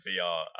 vr